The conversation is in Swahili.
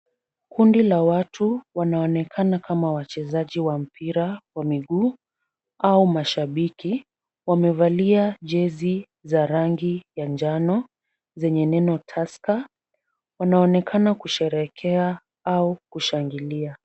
Kundi la watu wanaonekana kama wachezaji wa mpira wa miguu au mashabiki. Wamevalia jezi za rangi ya njano zenye neno Tusker .Wanaonekana kusheherekea au kushangilia.